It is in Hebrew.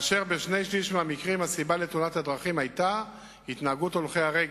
ובשני-שלישים מהמקרים הסיבה לתאונת הדרכים היתה התנהגות הולכי רגל,